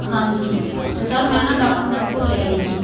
ਹਾਂਜੀ ਅਤੇ ਸਰ ਮੈਂ ਨਾ ਡਾਕੂਮੈਂਟ ਭੁੱਲ ਆਈ ਜੀ